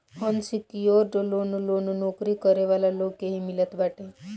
unsecured loan loan नोकरी करे वाला लोग के ही मिलत बाटे